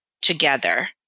together